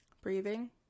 breathing